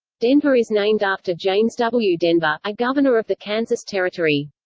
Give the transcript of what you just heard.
denver is named after james w. denver, a governor of the kansas territory.